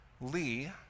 Lee